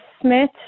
Smith